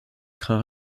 crains